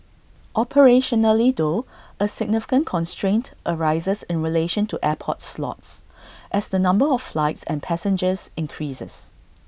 operationally though A significant constraint arises in relation to airports slots as the number of flights and passengers increases